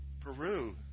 Peru